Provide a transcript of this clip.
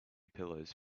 pillows